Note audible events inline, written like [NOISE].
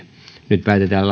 nyt päätetään [UNINTELLIGIBLE]